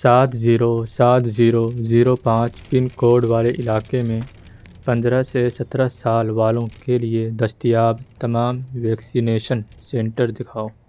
سات زیرو سات zero zero پانچ پنکوڈ والے علاقے میں پندرہ سے سترہ سال والوں کے لیے دستیاب تمام ویکسینیشن سنٹر دکھاؤ